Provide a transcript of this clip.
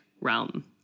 realm